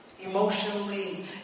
emotionally